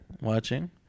watching